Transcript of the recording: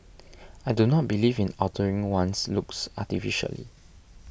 I do not believe in altering one's looks artificially